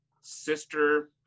sister